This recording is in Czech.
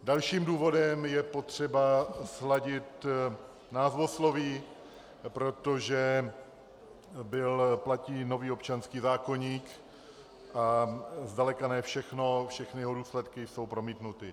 Dalším důvodem je potřeba sladit názvosloví, protože platí nový občanský zákoník, zdaleka ne všechno, všechny jeho důsledky jsou promítnuty.